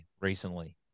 recently